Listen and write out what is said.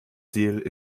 ziel